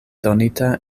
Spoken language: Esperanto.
donita